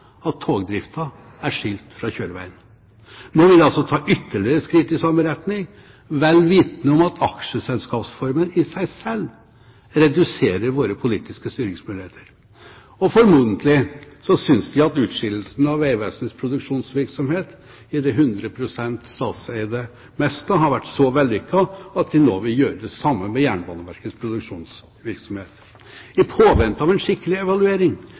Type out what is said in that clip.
at togdriften er skilt fra kjøreveien. Nå vil de altså ta ytterligere skritt i samme retning, vel vitende om at aksjeselskapsformen i seg selv reduserer våre politiske styringsmuligheter. Formodentlig synes de at utskillelsen av Vegvesenets produksjonsvirksomhet i det 100 pst. statseide Mesta har vært så vellykket at de nå vil gjøre det samme med Jernbaneverkets produksjonsvirksomhet. I påvente av en skikkelig evaluering